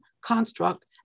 construct